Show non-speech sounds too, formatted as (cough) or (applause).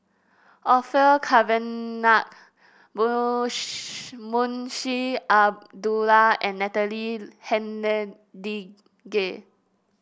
Orfeur Cavenagh (unintelligible) Munshi Abdullah and Natalie Hennedige